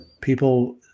People